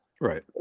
Right